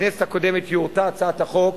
בכנסת הקודמת יורטה הצעת החוק,